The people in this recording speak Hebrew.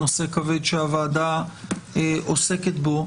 נושא כבד שהוועדה עוסקת בו.